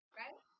right